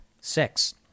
six—